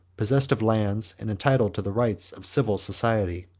possessed of lands, and entitled to the rights of civil society.